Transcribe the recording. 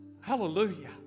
hallelujah